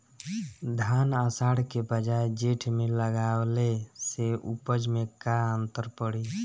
धान आषाढ़ के बजाय जेठ में लगावले से उपज में का अन्तर पड़ी?